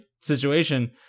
situation